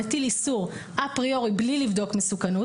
מטיל איסור אפריורי בלי לבדוק מסוכנות